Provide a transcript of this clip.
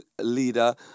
leader